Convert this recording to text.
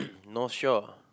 Northshore